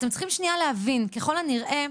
אתם צריכים שנייה להבין: ככל הנראה,